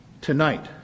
Tonight